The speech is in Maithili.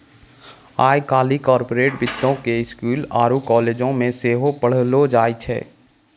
आइ काल्हि कार्पोरेट वित्तो के स्कूलो आरु कालेजो मे सेहो पढ़ैलो जाय छै